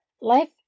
Life